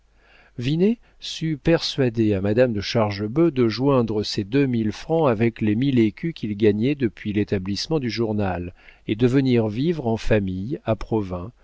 sut persuader à madame de chargebœuf de joindre ses deux mille francs avec les mille écus qu'il gagnait depuis l'établissement du journal et de venir vivre en famille à